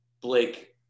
blake